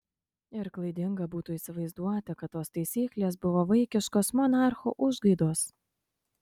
ir klaidinga būtų įsivaizduoti kad tos taisyklės buvo vaikiškos monarcho užgaidos